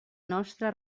nostra